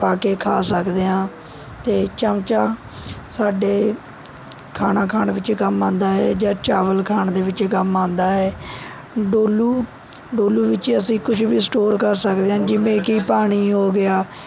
ਪਾ ਕੇ ਖਾ ਸਕਦੇ ਹਾਂ ਅਤੇ ਚਮਚਾ ਸਾਡੇ ਖਾਣਾ ਖਾਣ ਵਿੱਚ ਕੰਮ ਆਉਂਦਾ ਹੈ ਜਾਂ ਚਾਵਲ ਖਾਣ ਦੇ ਵਿੱਚ ਕੰਮ ਆਉਂਦਾ ਹੈ ਡੋਲੂ ਡੋਲੂ ਵਿੱਚ ਅਸੀਂ ਕੁਛ ਵੀ ਸਟੋਰ ਕਰ ਸਕਦੇ ਹਾਂ ਜਿਵੇਂ ਕਿ ਪਾਣੀ ਹੋ ਗਿਆ